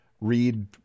read